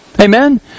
Amen